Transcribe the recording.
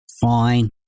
fine